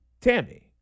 Tammy